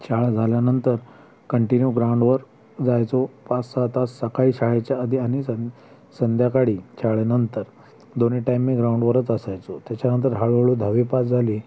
शाळा झाल्यानंतर कंटिन्यू ग्राउंडवर जायचो पाच सहा तास सकाळी शाळेच्या आधी आणि सं संध्याकाळी शाळेनंतर दोन्ही टाईम मी ग्राउंडवरच असायचो त्याच्यानंतर हळूहळू दहावी पास झाली